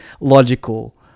logical